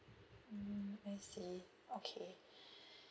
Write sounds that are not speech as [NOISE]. mm I see okay [BREATH]